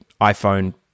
iPhone